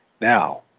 Now